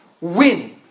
win